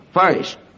First